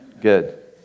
Good